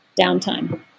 downtime